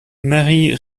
marie